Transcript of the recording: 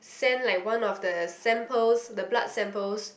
send like one of the samples the blood samples